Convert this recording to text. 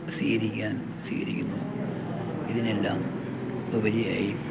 സീകരിക്കാൻ സീകരിക്കുന്നു ഇതിനെല്ലാം ഉപരിയായി